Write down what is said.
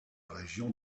région